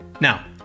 Now